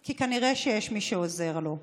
כי כנראה יש מי שעוזר לו,